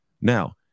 Now